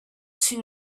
too